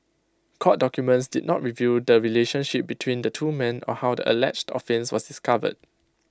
court documents did not reveal the relationship between the two men or how the alleged offence was discovered